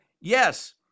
yes